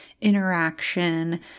interaction